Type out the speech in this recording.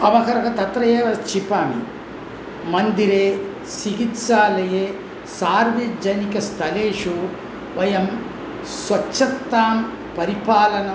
अवकरः तत्र एव क्षिपामि मन्दिरे चिकित्सालये सार्वजनिकस्थलेषु वयं स्वच्छत्तां परिपालनं